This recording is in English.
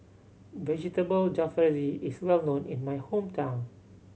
Vegetable Jalfrezi is well known in my hometown